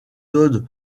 todd